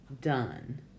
done